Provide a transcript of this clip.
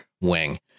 wing